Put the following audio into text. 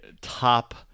top